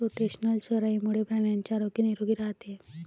rotational चराईमुळे प्राण्यांचे आरोग्य निरोगी राहते